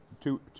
two